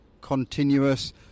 continuous